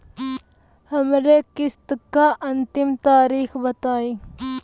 हमरे किस्त क अंतिम तारीख बताईं?